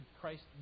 Christ